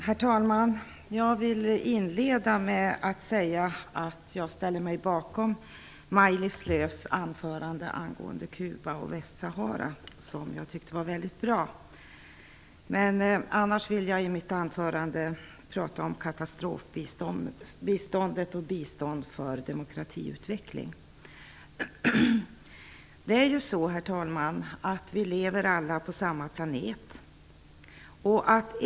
Herr talman! Inledningsvis vill jag säga att jag ställer mig bakom Maj-Lis Lööws anförande angående Cuba och Västsahara, som jag tycker var väldigt bra. I övrigt skall jag i mitt anförande ta upp katastrofbiståndet och bistånd för demokratiutveckling. Herr talman! Vi lever alla på samma planet.